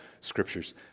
scriptures